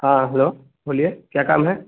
हाँ हलो बोलिए क्या काम है